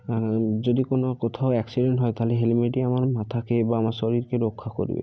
আর যদি কোনো কোথাও অ্যাক্সিডেন্ট হয় তাহলে হেলমেটই আমার মাথাকে বা আমার শরীরকে রক্ষা করবে